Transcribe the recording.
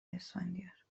اسفندیار